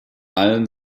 allen